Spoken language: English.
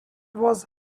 was